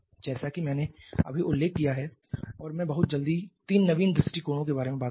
जैसा कि मैंने अभी उल्लेख किया है और मैं बहुत जल्दी तीन नवीन दृष्टिकोणों के बारे में बात करूंगा